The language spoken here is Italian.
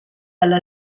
alla